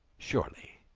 surely.